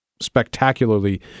spectacularly